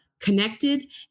connected